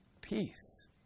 peace